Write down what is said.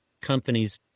companies